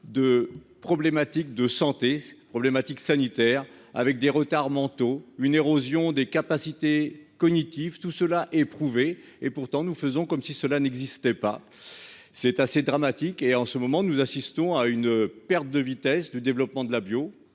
de problématiques de santé problématique sanitaire avec des retards mentaux une érosion des capacités cognitives tout cela éprouvé et pourtant nous faisons comme si cela n'existait pas, c'est assez dramatique, et en ce moment, nous assistons à une perte de vitesse du développement de la bio